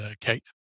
Kate